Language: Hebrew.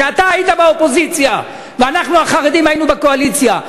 כשאתה היית באופוזיציה ואנחנו החרדים היינו בקואליציה,